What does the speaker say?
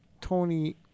Tony